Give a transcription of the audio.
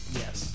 yes